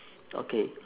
okay